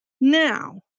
Now